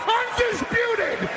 undisputed